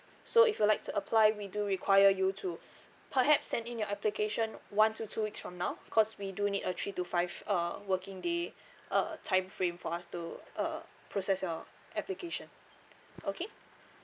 so if you'll like to apply we do require you to perhaps send in your application one to two weeks from now cause we do need a three to five uh working day uh time frame for us to uh process your application okay